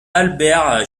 albert